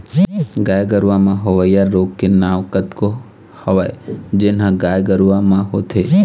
गाय गरूवा म होवइया रोग के नांव कतको हवय जेन ह गाय गरुवा म होथे